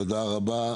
תודה רבה.